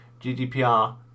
GDPR